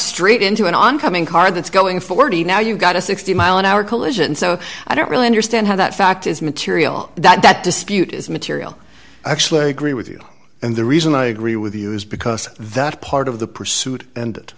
straight into an oncoming car that's going forty now you've got a sixty mile an hour collision so i don't really understand how that fact is material that dispute is material i actually agree with you and the reason i agree with you is because that part of the pursuit and